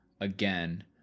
again